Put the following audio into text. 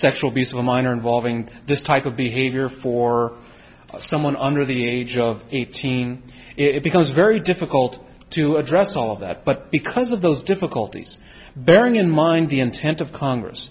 a minor involving this type of behavior for someone under the age of eighteen it becomes very difficult to address all of that but because of those difficulties bearing in mind the intent of congress